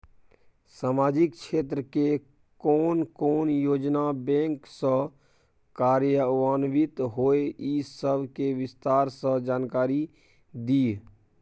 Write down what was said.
सामाजिक क्षेत्र के कोन कोन योजना बैंक स कार्यान्वित होय इ सब के विस्तार स जानकारी दिय?